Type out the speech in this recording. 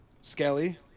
Skelly